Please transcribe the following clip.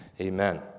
Amen